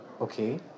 Okay